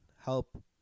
help